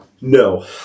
No